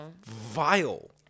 vile